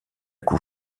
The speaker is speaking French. coup